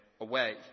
away